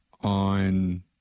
on